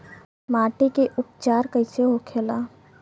माटी के उपचार कैसे होखे ला?